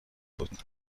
بود